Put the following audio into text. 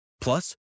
Plus